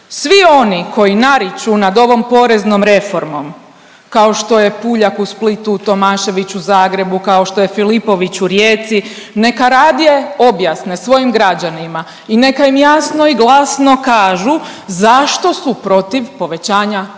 Svi oni koji nariču nad ovom poreznom reformom, kao što je Puljak u Splitu, Tomašević u Zagrebu, kao što je Filipović u Rijeci, neka radije objasne svojim građanima i neka im jasno i glasno kažu zašto su protiv povećanja plaća.